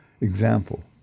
example